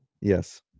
Yes